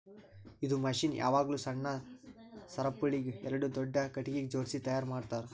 ಇದು ಮಷೀನ್ ಯಾವಾಗ್ಲೂ ಸಣ್ಣ ಸರಪುಳಿಗ್ ಎರಡು ದೊಡ್ಡ ಖಟಗಿಗ್ ಜೋಡ್ಸಿ ತೈಯಾರ್ ಮಾಡ್ತರ್